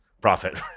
profit